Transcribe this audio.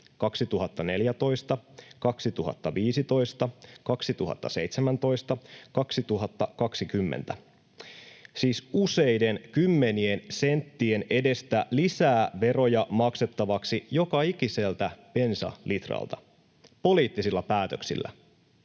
2014, 2015, 2017, 2020 — siis useiden kymmenien senttien edestä lisää veroja maksettavaksi joka ikiseltä bensalitralta poliittisilla päätöksillä,